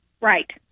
Right